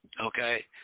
okay